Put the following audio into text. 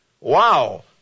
Wow